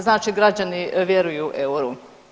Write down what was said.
Znači građani vjeruju euru.